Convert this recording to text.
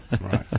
Right